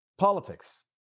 politics